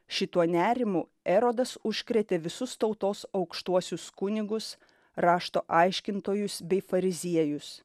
šituo nerimu erodas užkrėtė visus tautos aukštuosius kunigus rašto aiškintojus bei fariziejus